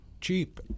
cheap